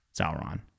Sauron